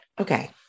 Okay